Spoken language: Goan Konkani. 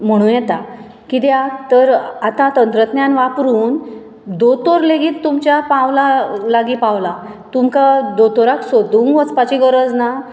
म्हुणू येता कित्याक तर आतां तंत्रज्ञान वापरून दोतोर लेगीत तुमच्या पावला लागी पावला तुमकां दोतोराक सोदूंक वचपाची गरज ना